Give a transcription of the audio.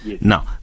Now